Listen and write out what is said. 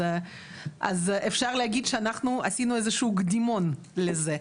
אז אפשר להגיד שאנחנו עשינו איזשהו קדימון לזה.